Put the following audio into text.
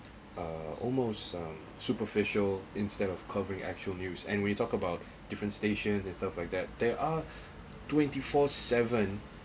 uh almost um superficial instead of covering actual news and we talk about different station the stuff like that there are twenty four seven